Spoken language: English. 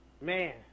Man